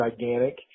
gigantic